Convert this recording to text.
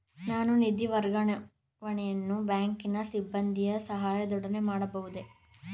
ನಾನು ನಿಧಿ ವರ್ಗಾವಣೆಯನ್ನು ಬ್ಯಾಂಕಿನ ಸಿಬ್ಬಂದಿಯ ಸಹಾಯದೊಡನೆ ಮಾಡಬಹುದೇ?